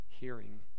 hearing